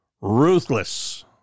Ruthless